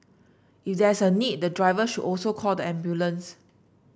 if there is a need the driver should also call the ambulance